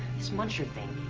this muncher thing,